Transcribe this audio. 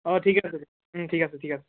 অঁ ঠিক আছে ঠিক আছে ঠিক আছে